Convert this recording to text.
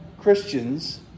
Christians